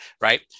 right